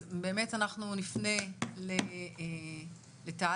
אנחנו נפנה לנועה.